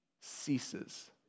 ceases